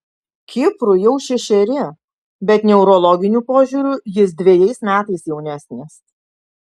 kiprui jau šešeri bet neurologiniu požiūriu jis dvejais metais jaunesnis